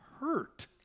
hurt